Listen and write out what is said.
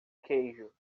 queijo